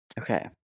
Okay